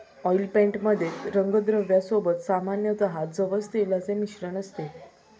oil paint मध्ये रंगद्रव्या सोबत सामान्यतः जवस तेलाचे मिश्रण असते